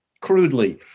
crudely